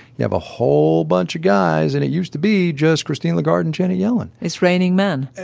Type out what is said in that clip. you have a whole bunch of guys, and it used to be just christine lagarde and janet yellen it's raining men